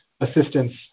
assistance